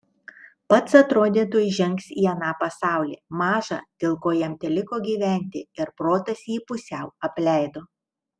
pats atrodė tuoj žengs į aną pasaulį maža dėl ko jam teliko gyventi ir protas jį pusiau apleido